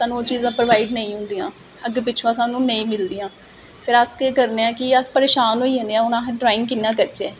स्हानू ओह् चीजां प्रोवाइड नेईं होदियां अग्गे पिच्छो स्हानू नेईं मिलदियां फिर अस केह् करने आं कि अस परेशान होई जन्ने हून अस ड्रांइग कियां करचै